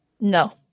No